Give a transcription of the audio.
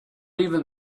even